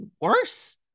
worse